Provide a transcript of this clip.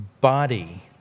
body